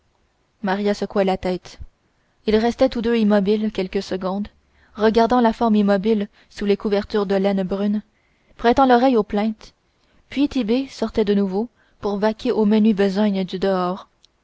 maria secouait la tête ils restaient tous deux immobiles quelques secondes regardant la forme immobile sous les couvertures de laine brune prêtant l'oreille aux plaintes puis tit'bé sortait de nouveau pour vaquer aux menues besognes du dehors